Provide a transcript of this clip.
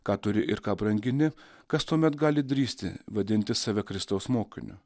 ką turi ir ką brangini kas tuomet gali drįsti vadinti save kristaus mokiniu